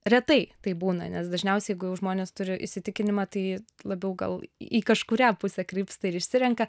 retai taip būna nes dažniausiai žmonės turi įsitikinimą tai labiau gal į kažkurią pusę krypsta ir išsirenka